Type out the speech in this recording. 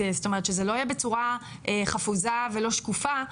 זאת אומרת שזה לא יהיה בצורה חפוזה ולא שקופה,